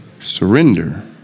Surrender